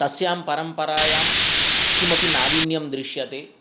तस्यां परम्परायां किमपि नाविन्यं दृश्यते